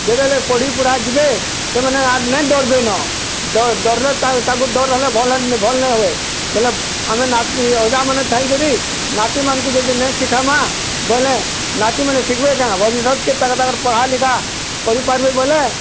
ଯେତବେଲେ ପଢ଼ିପୁଢ଼ା ଯିବେ ସେମାନେ ଆର୍ ନାଇଁ ଡ଼ରବେନ ଡ଼ରଲେ ତାଙ୍କୁ ଡ଼ର୍ ହେଲେ ଭଲ୍ ନାଇଁହୁଏ ବୋଲେ ଆମେ ଅଜାମାନେ ଥାଇକିରି ନାତୀମାନଙ୍କୁ ଯଦି ନାଇଁ ଶିଖାମାଁ ବଇଲେ ନାତୀମାନେ ଶିଖବେ କାଁ ଭବିଷ୍ୟତ୍କେ ତାକର୍ ପଢ଼ା ଲିଖା କରିପାର୍ବେ ବୋଇଲେ